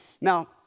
Now